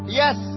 yes